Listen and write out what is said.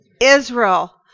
israel